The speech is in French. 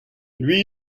lui